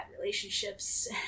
relationships